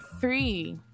three